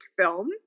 film